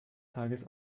tages